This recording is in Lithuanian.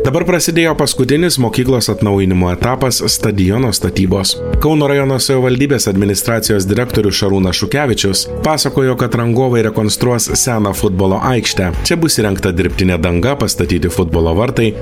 dabar prasidėjo paskutinis mokyklos atnaujinimo etapas stadiono statybos kauno rajono savivaldybės administracijos direktorius šarūnas šukevičius pasakojo kad rangovai rekonstruos seną futbolo aikštę čia bus įrengta dirbtinė danga pastatyti futbolo vartai